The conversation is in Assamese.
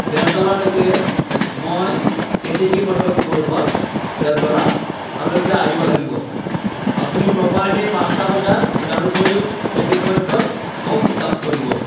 বেলতলালৈকে মই কেতেকী পথত মোৰ ঘৰ বেলতলা তালৈকে আহিব লাগিব আপুনি প্ৰপাৰলি পাঁচটা বজাত জালুকবাৰী ট্ৰেফিক পইণ্টত মোক পিক আপ কৰিব